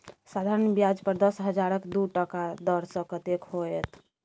साधारण ब्याज पर दस हजारक दू टका दर सँ कतेक होएत?